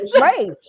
Right